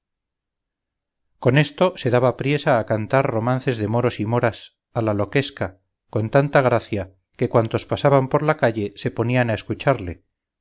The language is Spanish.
con esto se daba priesa a cantar romances de moros y moras a la loquesca con tanta gracia que cuantos pasaban por la calle se ponían a escucharle